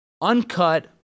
uncut